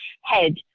head